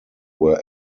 were